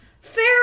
Fair